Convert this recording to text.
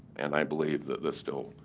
and i believe that this still,